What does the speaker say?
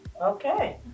okay